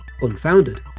unfounded